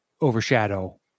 overshadow